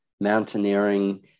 mountaineering